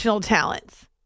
talents